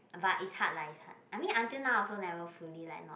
but it's hard lah it's hard I mean until now I also never fully like not